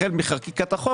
החל מחקיקת החוק,